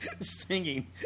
Singing